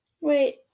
Wait